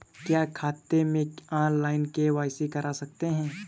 क्या खाते में ऑनलाइन के.वाई.सी कर सकते हैं?